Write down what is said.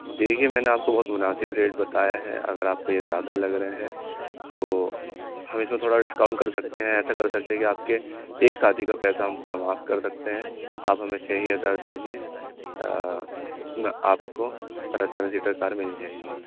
دیکھیے میں نے آپ کو بہت مناسب ریٹ بتایا ہے اگر آپ کو یہ زیادہ لگ رہے ہیں تو ہم اِس میں تھوڑا ڈسکاؤنٹ کر سکتے ہیں ایسا کر سکتے ہیں کہ آپ کے ایک ساتھی کا پیسہ ہم پورا معاف کر سکتے ہیں آپ ہمیں چھ ہی ہزار دیجیے اُس میں آپ کو سیون سیٹر کار مل جائے گی